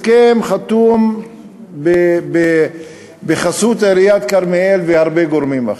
הסכם חתום בחסות עיריית כרמיאל והרבה גורמים אחרים.